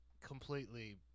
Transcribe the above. completely